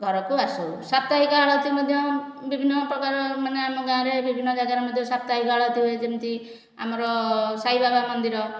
ଘରକୁ ଆସୁ ସାପ୍ତାହିକ ଆଳତି ମଧ୍ୟ ବିଭିନ୍ନ ପ୍ରକାର ମାନେ ଆମ ଗାଁରେ ବିଭିନ୍ନ ଯାଗାରେ ମଧ୍ୟ ସାପ୍ତାହିକ ଆଳତି ହୁଏ ଯେମିତି ଆମର ସାଇ ବାବା ମନ୍ଦିର